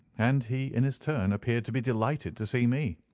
and he, in his turn, appeared to be delighted to see me.